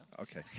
Okay